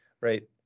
right